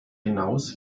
hinaus